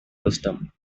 wisdom